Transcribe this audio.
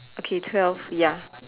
okay twelve ya